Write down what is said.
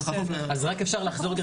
נוסיף: בכפוף --- אם אפשר לחזור על